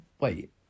wait